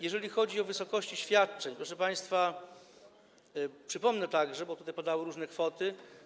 Jeżeli chodzi o wysokości świadczeń, proszę państwa, przypomnę je także, bo tutaj padały różne kwoty.